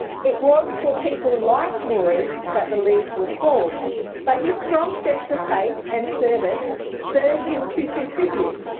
it was for people like maurice that the league was formed but his strong sense of faith and service spurred him to contribute,